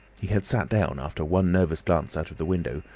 he had sat down, after one nervous glance out of the window,